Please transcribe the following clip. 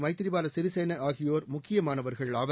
மைத்ரிபால சிறிசேனா ஆகியோர் முக்கியமானவர்கள் ஆவர்